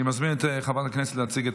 אני מזמין את חברת הכנסת להציג את